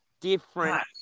different